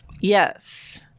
Yes